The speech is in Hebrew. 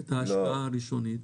את ההשקעה הראשונית.